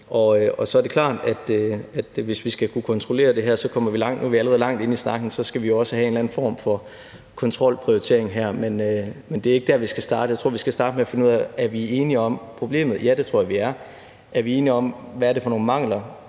Så er det klart, at hvis vi skal kunne kontrollere det her – nu er vi allerede langt inde i snakken – så skal vi jo også have en eller anden form for kontrolprioritering her. Men det er ikke der, vi skal starte. Jeg tror, vi skal starte med at finde ud af, om vi er enige om problemet. Det tror jeg vi er. Er vi enige om, hvad der er for nogle mangler?